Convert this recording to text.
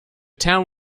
town